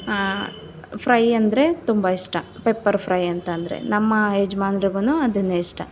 fry ಅಂದರೆ ತುಂಬ ಇಷ್ಟ ಪೆಪ್ಪರ್ ಫ್ರೈ ಅಂತ ಅಂದರೆ ನಮ್ಮ ಯಜಮಾನ್ರಿಗೂ ಅದನ್ನೇ ಇಷ್ಟ